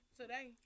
today